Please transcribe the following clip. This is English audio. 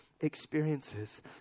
experiences